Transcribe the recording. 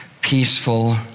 peaceful